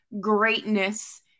greatness